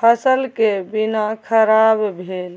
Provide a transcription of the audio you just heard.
फसल के बीना खराब भेल